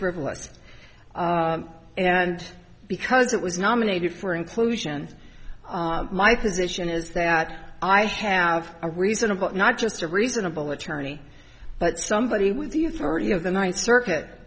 frivolous and because it was nominated for inclusion my position is that i have a reasonable not just a reasonable attorney but somebody with you thirty of the night circuit